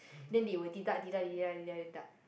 then will deduct deduct deduct deduct deduct deduct